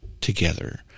together